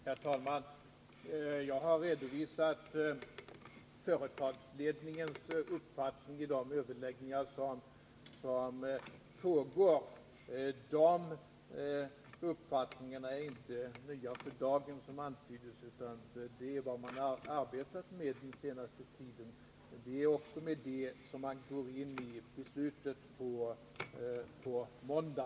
Herr talman! Jag har redovisat företagsledningens uppfattning i de överläggningar som pågår. De ståndpunkterna är inte nya för dagen, som antyds här, utan man har arbetat med dessa under den senaste tiden. Det är också med detta underlag man går till beslut på måndag.